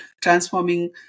transforming